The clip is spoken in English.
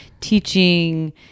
teaching